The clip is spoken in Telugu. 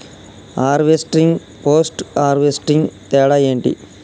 హార్వెస్టింగ్, పోస్ట్ హార్వెస్టింగ్ తేడా ఏంటి?